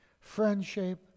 friendship